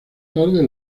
tarde